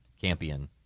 Campion